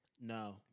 No